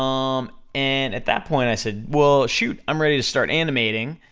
um and, at that point i said, well shoot, i'm ready to start animating,